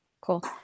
cool